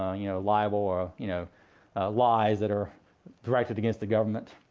ah you know libel or you know lies that are directed against the government.